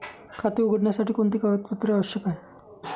खाते उघडण्यासाठी कोणती कागदपत्रे आवश्यक आहे?